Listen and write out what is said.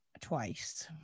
twice